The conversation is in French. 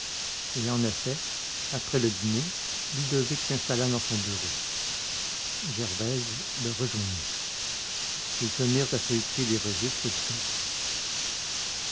et en effet après le dîner ludovic s'installa dans son bureau gervaise le rejoignit ils se mirent à feuilleter les registres du coffre